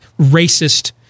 racist